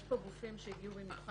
יש פה גופים שהגיעו במיוחד.